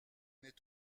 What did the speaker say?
n’est